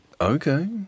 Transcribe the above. Okay